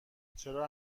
چرا